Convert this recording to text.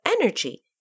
energy